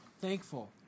Thankful